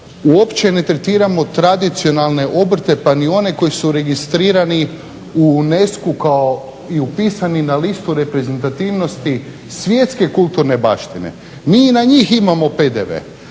Uopće ne tretiramo tradicionalne obrte pa ni one koji su registrirani u UNESCO-u kao i upisani na listu reprezentativnosti svjetske kulturne baštine. Mi i na njih imamo PDV,